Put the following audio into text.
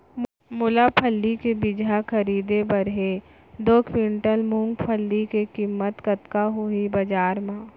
मोला फल्ली के बीजहा खरीदे बर हे दो कुंटल मूंगफली के किम्मत कतका होही बजार म?